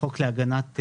חוק להגנה על